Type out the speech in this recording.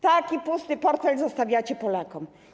Taki pusty portfel zostawiacie Polakom.